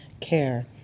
care